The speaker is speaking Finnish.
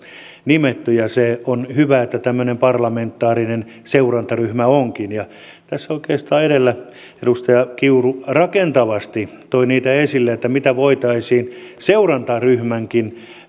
nimetty on hyvä että tämmöinen parlamentaarinen seurantaryhmä onkin tässä oikeastaan edellä edustaja kiuru rakentavasti toi esille mitä voitaisiin seurantaryhmänkin